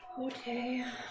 Okay